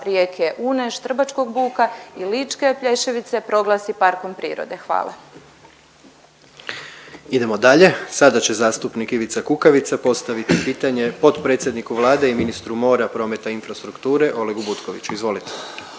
rijeke Une, Štrbačkog buka i Ličke Plješevice proglasi parkom prirode. Hvala. **Jandroković, Gordan (HDZ)** Idemo dalje, sada će zastupnik Ivica Kukavica postaviti pitanje potpredsjedniku Vlade i ministru mora, promete i infrastrukture Olegu Butkoviću. Izvolite.